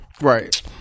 Right